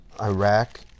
Iraq